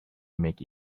make